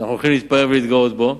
אנו יכולים להתפאר ולהתגאות בו,